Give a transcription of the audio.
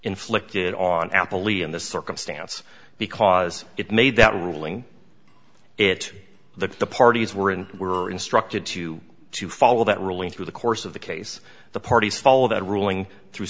inflicted on apple e in this circumstance because it made that ruling it the parties were and were instructed to to follow that ruling through the course of the case the parties follow that ruling through